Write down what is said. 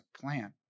plant